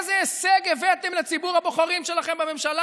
איזה הישג הבאתם לציבור הבוחרים שלכם בממשלה